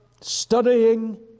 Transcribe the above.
studying